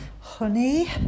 honey